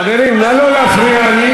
חברים, נא לא להפריע.